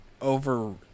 over